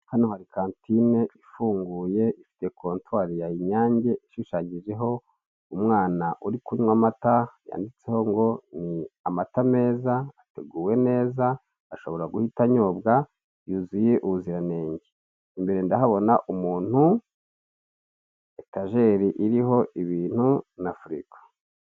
Hano hari kantine ifunguye, ifite kontwari ya Inyange, ishushanyijeho umwana uri kunywa amata yanditseho ngo "Ni amata meza, ateguwe neza, ashobora guhita anyobwa, yuzuye ubuziranenge". Imbere ndahabona umuntu, etajeri iriho ibintu, na firigo.